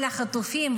על החטופים.